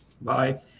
Bye